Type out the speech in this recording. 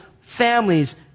families